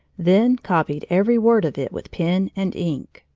then copied every word of it with pen and ink,